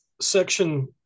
Section